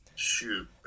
Shoot